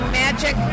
magic